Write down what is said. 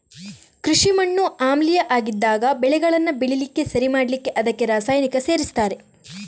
ಕೃಷಿ ಮಣ್ಣು ಆಮ್ಲೀಯ ಆಗಿದ್ದಾಗ ಬೆಳೆಗಳನ್ನ ಬೆಳೀಲಿಕ್ಕೆ ಸರಿ ಮಾಡ್ಲಿಕ್ಕೆ ಅದಕ್ಕೆ ರಾಸಾಯನಿಕ ಸೇರಿಸ್ತಾರೆ